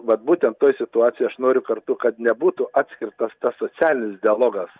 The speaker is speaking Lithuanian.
vat būtent toj situacijoj aš noriu kartu kad nebūtų atskirtas tas socialinis dialogas